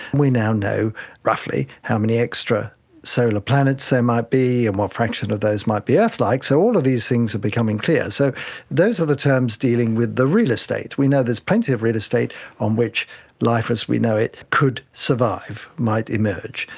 we now know roughly how many extrasolar so ah planets there might be and what fraction of those might be earth-like. so all of these things are becoming clear. so those are the terms dealing with the real estate. we know there's plenty of real estate on which life as we know it could survive, might emerge.